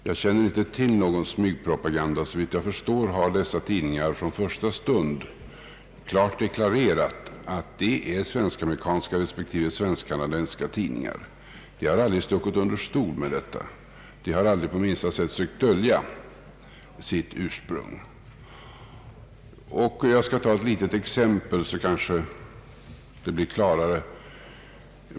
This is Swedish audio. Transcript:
Jag känner inte till någon smygpropaganda, och såvitt jag förstår har dessa tidningar från första stund klart deklarerat att det är svensk-amerikanska respektive svensk-kanadensiska tidningar. De har aldrig stuckit under stol med detta, de har aldrig på minsta sätt sökt dölja sitt ursprung. Låt mig ta ett litet exempel som bättre klargör frågan.